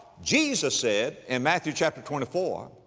jesus said in matthew chapter twenty four,